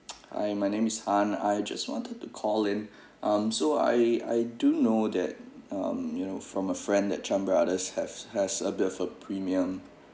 hi my name is han I just wanted to call in um so I I do know that um you know from a friend that chan brothers have has a bit of premium